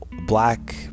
black